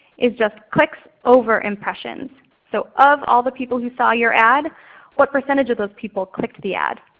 is just clicks over impressions. so of all the people who saw your ad what percentage of those people clicked the ad?